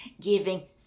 giving